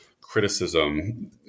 criticism